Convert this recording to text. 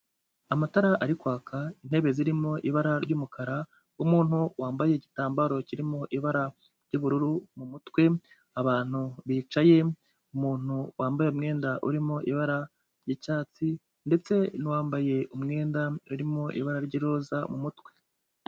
Amatara ari kwaka, intebe zirimo ibara ry'umukara, umuntu wambaye igitambaro kirimo ibara ry'ubururu mu mutwe, abantu bicaye, umuntu wambaye umwenda urimo ibara ry'icyatsi, ndetse n'uwambaye umwenda urimo ibara ry'iroza mu mutwe.